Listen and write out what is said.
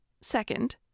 Second